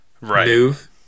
move